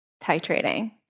titrating